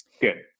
Good